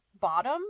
bottom